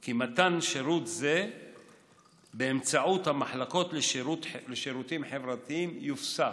כי מתן שירות זה באמצעות המחלקות לשירותים חברתיים יופסק.